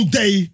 day